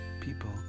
people